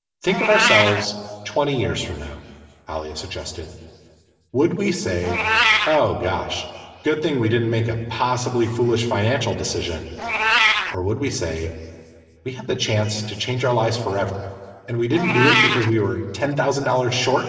think of ourselves twenty years from now alice suggested would we say oh gosh good thing we didn't make a possibly foolish financial decision or would we say we had the chance to change our lives forever and we didn't do it because we were ten thousand dollars short